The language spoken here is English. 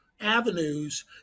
avenues